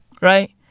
right